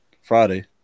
Friday